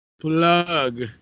plug